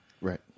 Right